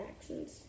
actions